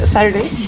Saturday